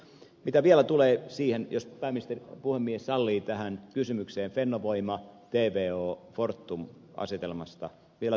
mitä vielä tulee jos puhemies sallii tähän kysymykseen fennovoimatvofortum asetelmasta vielä toistan